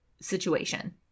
situation